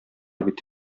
бит